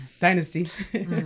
dynasty